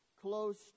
close